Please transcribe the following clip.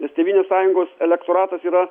ir tėvynės sąjungos elektoratas yra